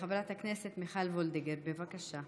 חברת הכנסת מיכל וולדיגר, בבקשה.